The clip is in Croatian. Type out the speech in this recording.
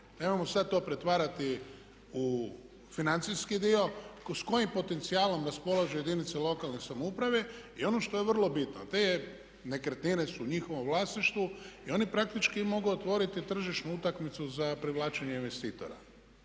nemojmo sad to pretvarati u financijski dio s kojim potencijalom raspolažu jedinice lokalne samouprave. I ono što je vrlo bitno, te nekretnine su u njihovom vlasništvu i oni praktički mogu otvoriti tržišnu utakmicu za privlačenje investitora.